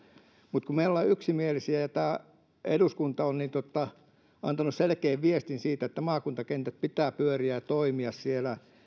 mutta kun me olemme yksimielisiä ja tämä eduskunta on antanut selkeän viestin siitä että maakuntakenttien pitää pyöriä ja toimia